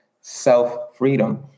self-freedom